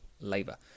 Labour